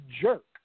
jerk